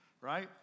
Right